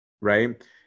right